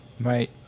Right